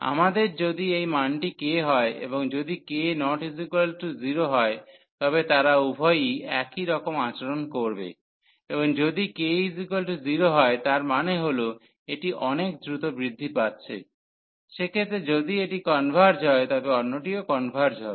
আমাদের যদি এই মানটি k হয় এবং যদি k ≠ 0 হয় তবে তারা উভয়ই একই রকম আচরণ করবে এবং যদি k 0 হয় তার মানে হল এটি অনেক দ্রুত বৃদ্ধি পাচ্ছে সেক্ষেত্রে যদি এটি কনভার্জ হয় তবে অন্যটিও কনভার্জ হবে